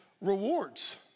rewards